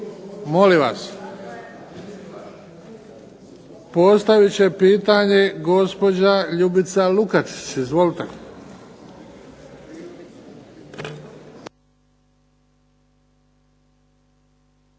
Molim vas. Postavit će pitanje gospođa Ljubica Lukačić. Izvolite.